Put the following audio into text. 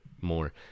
more